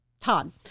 Todd